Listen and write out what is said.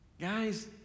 guys